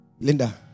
Linda